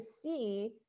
see